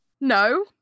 No